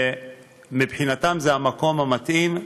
ומבחינתם זה המקום המתאים.